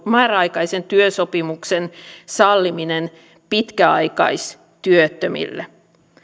määräaikaisen työsopimuksen salliminen pitkäaikaistyöttömille